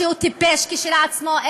שהוא טיפש כשלעצמו,